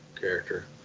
character